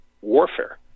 warfare